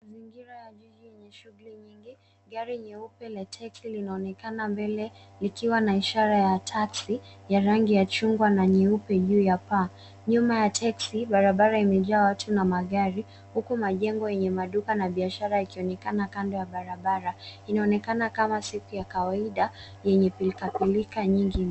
Mazingira ya jiji yenye shughuli nyingi. Gari nyeupe lenye teksi linaonekana mbele likiwa na ishara ya taxi ya rangi ya chungwa na nyeupe juu ya paa. Nyuma ya teksi barabara imeingia watu na magari, huku majengo yenye maduka na biashara yakionekana kando ya barabara. Inaonekana kama siku ya kawaida yenye pilkapilka nyingi.